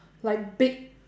like big